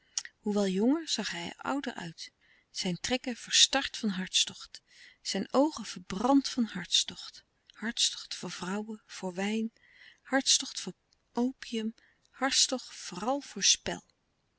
hoewel jonger zag hij er ouder uit zijn trekken verstard van hartstocht zijn oogen verbrand van hartstocht hartstocht voor vrouwen voor wijn hartstocht voor opium hartstocht vooral voor